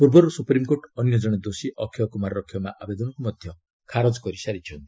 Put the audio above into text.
ପୂର୍ବରୁ ସୁପ୍ରିମକୋର୍ଟ ଅନ୍ୟ ଜଣେ ଦୋଷୀ ଅକ୍ଷୟ କୁମାରର କ୍ଷମା ଆବେଦନକୁ ମଧ୍ୟ ଖାରଜ କରିସାରିଛନ୍ତି